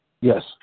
Yes